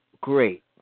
great